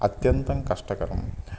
अत्यन्तं कष्टकरं